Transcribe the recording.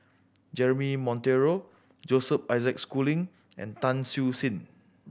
Jeremy Monteiro Joseph Isaac Schooling and Tan Siew Sin